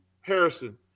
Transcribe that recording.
Harrison